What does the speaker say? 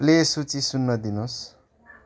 play सूची सुन्न दिनुहोस्